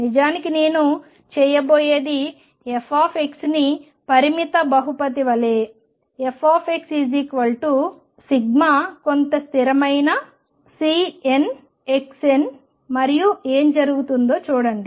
నిజానికి నేను చేయబోయేది f ని పరిమిత బహుపది వలె f కొంత స్థిరమైన Cn xn మరియు ఏమి జరుగుతుందో చూడండి